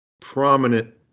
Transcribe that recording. prominent